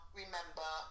remember